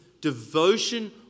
devotion